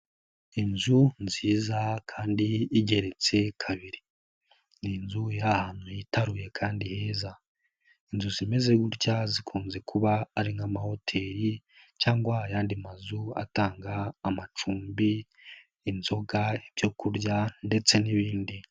Inzu nziza kandi igeretse kabiri ni inzu iri ahantu hitaruye kandi heza inzu zimeze gutya zikunze kuba ari nk'amahoteri cyangwa ayandi mazu atanga amacumbi, inzoga, ibyo kurya, ndetse n'ibindi.